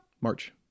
march